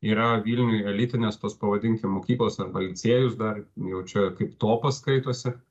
yra vilniuj elitinės tos pavadinkim mokyklos arba licėjus dar jau čia kaip topas skaitosi